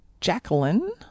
Jacqueline